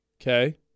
Okay